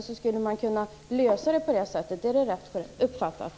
Man skulle kunna lösa problemen på det sättet. Är det rätt uppfattat?